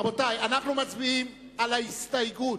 רבותי, אנחנו מצביעים על ההסתייגות.